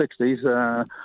60s